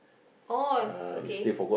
or okay